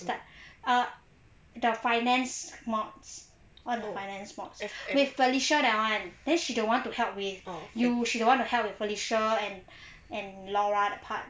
but err the finance mods all the finance mods with felicia that [one] then she don't want to help with you she don't want to help with felicia and and laura that part